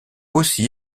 aussi